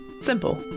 Simple